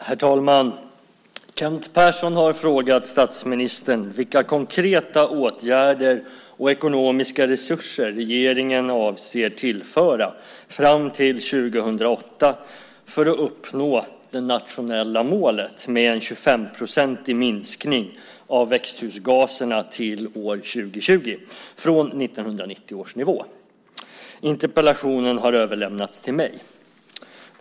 Herr talman! Kent Persson har frågat statsministern vilka konkreta åtgärder och ekonomiska resurser regeringen avser att tillföra fram till 2008 för att uppnå det nationella målet med en 25-procentig minskning av växthusgaserna till år 2020, från 1990 års nivå. Interpellationen har överlämnats till mig.